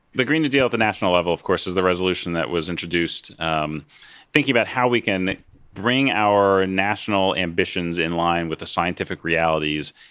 the green new deal at the national level, of course, is the resolution that was introduced um thinking about how we can bring our national ambitions in line with the scientific realities,